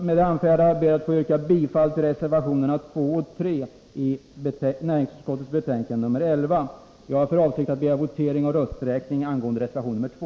Med det anförda ber jag att få yrka bifall till reservationerna 2 och 3 i näringsutskottets betänkande 11. Jag har för avsikt att begära votering och rösträkning angående reservation nr 2.